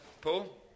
Paul